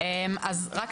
יש את העניין של בטרם,